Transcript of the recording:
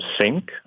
sync